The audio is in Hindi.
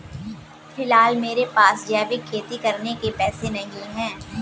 फिलहाल मेरे पास जैविक खेती करने के पैसे नहीं हैं